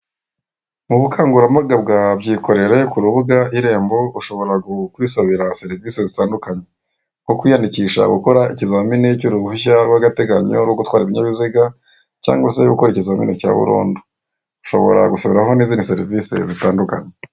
Mu bukangurambaga bwa byikorere ku rubuga "Irembo", ushobora kwisabira serivisi zitandukanye, nko kwiyandikisha gukora ikizamini cy'uruhushya rw'agateganyo rwo gutwara ibinyabiziga cyangwa se gukora ikizamini cya burundu. Ushobora gusabiraho n'izindi serivisi zitandukanye.